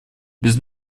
без